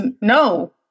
no